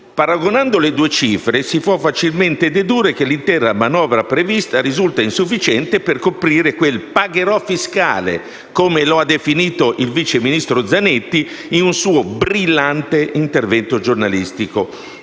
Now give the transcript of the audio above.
Paragonando le due cifre si può facilmente dedurre che l'intera manovra prevista risulta insufficiente per coprire quel «pagherò fiscale», come lo ha definito il vice ministro Zanetti in un suo brillante intervento giornalistico,